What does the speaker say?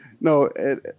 No